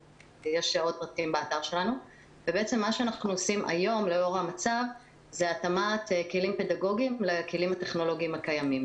לאור המצב אנחנו עושים התאמת כלים פדגוגיים לכלים הטכנולוגיים הקיימים.